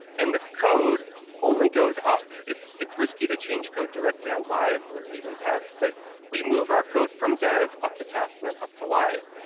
and the code only goes up, it's it's risky to change code directly on live or even test, but we move our code from dev up to test and then and up to live,